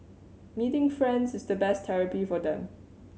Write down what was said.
meeting friends is the best therapy for them